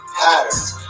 patterns